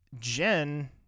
Jen